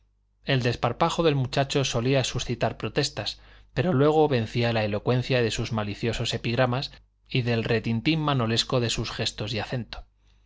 el desparpajo del muchacho solía suscitar protestas pero luego vencía la elocuencia de sus maliciosos epigramas y del retintín manolesco de sus gestos y acento